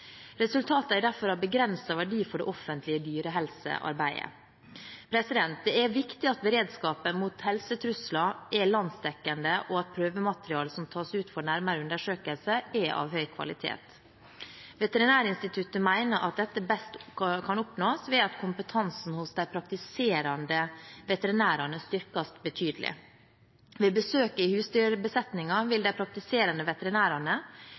er derfor av begrenset verdi for det offentlige dyrehelsearbeidet. Det er viktig at beredskapen mot helsetrusler er landsdekkende, og at prøvematerialet som tas ut for nærmere undersøkelse, er av høy kvalitet. Veterinærinstituttet mener at dette best kan oppnås ved at kompetansen hos de praktiserende veterinærene styrkes betydelig. Ved besøk i husdyrbesetninger vil de praktiserende veterinærene